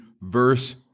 verse